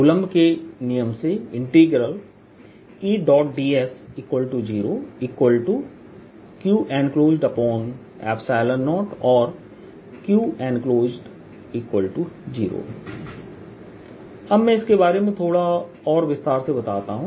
coulomb के नियम से Eds0qenclosed0 or qenclosed0 अब मैं इसके बारे में थोड़ा और विस्तार से बताता हूँ